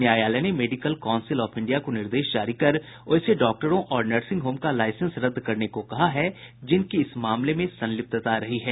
न्यायालय ने medical council of India को निर्देश जारी कर वैसे डॉक्टरों और नर्सिंग होम का लाईसेंस रद्द करने को कहा है जिनकी इस मामले में संलिप्तता रही है